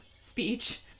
speech